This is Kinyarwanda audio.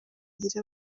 agira